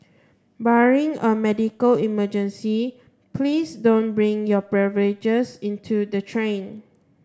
barring a medical emergency please don't bring your beverages into the train